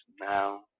now